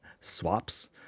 swaps